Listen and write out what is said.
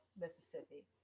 Mississippi